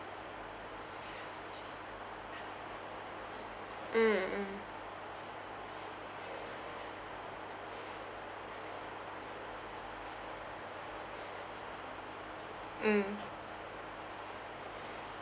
mm mm mm mm